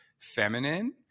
feminine